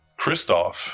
Kristoff